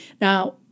Now